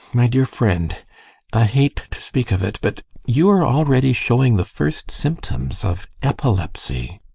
my dear friend i hate to speak of it, but you are already showing the first symptoms of epilepsy.